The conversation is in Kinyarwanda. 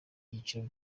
byiciro